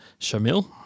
Shamil